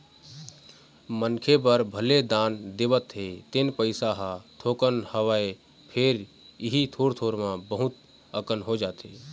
मनखे बर भले दान देवत हे तेन पइसा ह थोकन हवय फेर इही थोर थोर म बहुत अकन हो जाथे